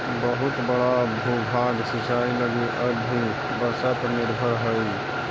बहुत बड़ा भूभाग सिंचाई लगी अब भी वर्षा पर निर्भर हई